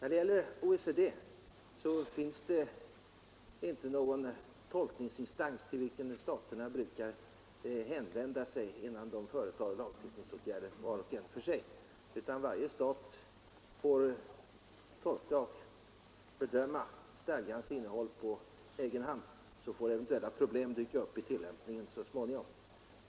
När det gäller OECD finns det inte någon tolkningsinstans till vilken staterna brukar vända sig innan de företar lagstiftningsåtgärder var och en för sig, utan varje stat får tolka och bedöma stadgarnas innehåll på egen hand. Eventuella problem får dyka upp vid tillämpningen så småningom.